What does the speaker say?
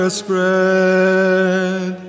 spread